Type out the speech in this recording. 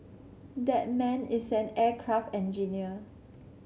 that man is an aircraft engineer